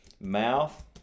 Mouth